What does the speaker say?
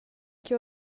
che